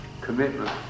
commitment